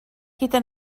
gyda